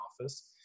office